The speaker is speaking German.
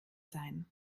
sein